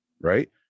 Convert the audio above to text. Right